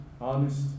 honest